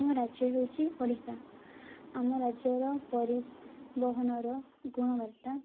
ଆମ ରାଜ୍ୟ ହେଉଛି ଓଡ଼ିଶା ଆମ ରାଜ୍ୟର ପରିବହନର ଗୁଣବର୍ତ୍ତା